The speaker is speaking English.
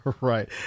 Right